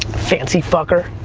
fancy fucker.